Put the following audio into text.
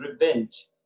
revenge